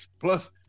plus